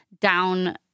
down